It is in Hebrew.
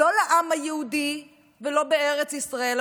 לא בעם היהודי ולא בארץ ישראל.